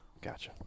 Gotcha